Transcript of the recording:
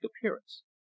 appearance